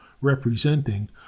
representing